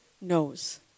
knows